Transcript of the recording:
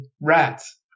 rats